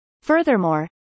Furthermore